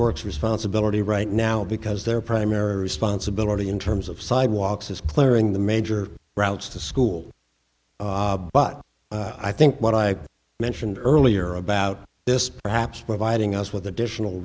works responsibility right now because their primary responsibility in terms of sidewalks is clearing the major routes to school but i think what i mentioned earlier about this perhaps providing us with additional